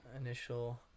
Initial